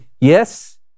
yes